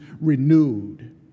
renewed